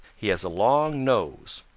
he has a long nose.